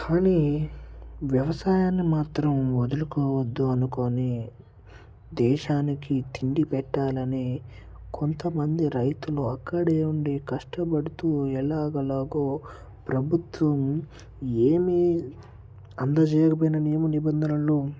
కానీ వ్యవసాయాన్ని మాత్రం వదులుకోవద్దు అనుకోని దేశానికి తిండి పెట్టాలని కొంతమంది రైతులు అక్కడే ఉండి కష్టపడుతూ ఎలాగోలాగ ప్రభుత్వం ఏమి అందచేయకపోయినా నియమ నిబంధనలను